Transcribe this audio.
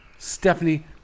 Stephanie